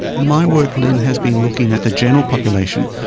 my work, lynne, has been looking at the general population.